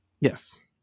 Yes